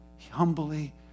humbly